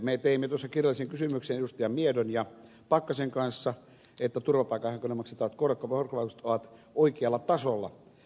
me teimme tuossa kirjallisen kysymyksen edustajien miedon ja pakkasen kanssa että turvapaikanhakijoille maksettavat korvaukset ovat oikealla tasolla